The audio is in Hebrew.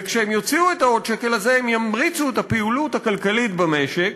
וכשהם יוציאו את העוד שקל הזה הם ימריצו את הפעילות הכלכלית במשק,